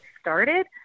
started